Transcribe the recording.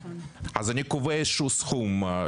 אז אני קובע איזה שהוא סכום,